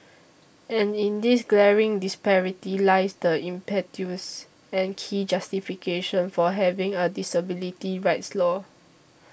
and in this glaring disparity lies the impetus and key justification for having a disability rights law